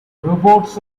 robots